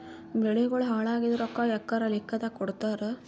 ಬೆಳಿಗೋಳ ಹಾಳಾಗಿದ ರೊಕ್ಕಾ ಎಕರ ಲೆಕ್ಕಾದಾಗ ಕೊಡುತ್ತಾರ?